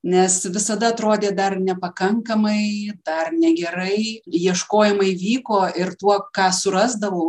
nes visada atrodė dar nepakankamai dar negerai ieškojimai vyko ir tuo ką surasdavau